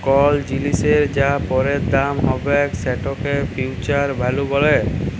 call জিলিসের যা পরের দাম হ্যবেক সেটকে ফিউচার ভ্যালু ব্যলে